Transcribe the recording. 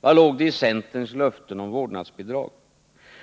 Vad låg det i centerns löften om vårdnadsbidrag,